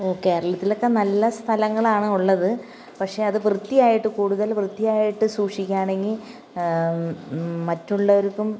ഓ കേരളത്തിലൊക്കെ നല്ല സ്ഥലങ്ങളാണ് ഉള്ളത് പക്ഷെ അതു വൃത്തിയായിട്ട് കൂടുതൽ വൃത്തിയായിട്ട് സൂഷിക്കുകയാണെങ്കിൽ മറ്റുള്ളവർക്കും